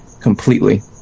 completely